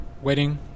wedding